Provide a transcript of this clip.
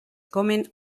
comen